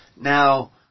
now